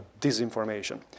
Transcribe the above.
disinformation